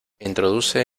introduce